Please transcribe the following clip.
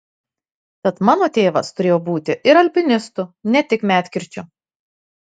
tad mano tėvas turėjo būti ir alpinistu ne tik medkirčiu